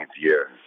year